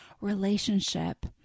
relationship